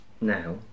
now